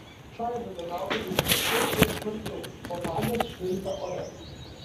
čaižo nenaudėlį smarkiau ir smarkiau botagas švilpia ore